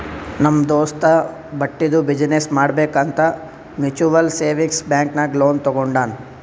ನಮ್ ದೋಸ್ತ ಬಟ್ಟಿದು ಬಿಸಿನ್ನೆಸ್ ಮಾಡ್ಬೇಕ್ ಅಂತ್ ಮ್ಯುಚುವಲ್ ಸೇವಿಂಗ್ಸ್ ಬ್ಯಾಂಕ್ ನಾಗ್ ಲೋನ್ ತಗೊಂಡಾನ್